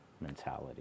mentality